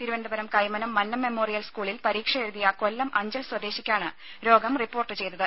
Thiruvananthapuram Kaimanam Mannam memorial സ്കൂളിൽ പരീക്ഷ എഴുതിയ കൊല്ലം അഞ്ചൽ സ്വദേശിക്കാണ് രോഗം റിപ്പോർട്ട് ചെയ്തത്